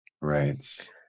Right